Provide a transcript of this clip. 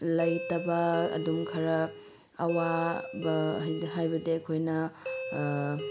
ꯂꯩꯇꯕ ꯑꯗꯨꯝ ꯈꯔ ꯑꯋꯥꯕ ꯍꯥꯏꯕꯗꯤ ꯑꯩꯈꯣꯏꯅ